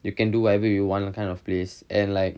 you can do whatever you want to kind of place and like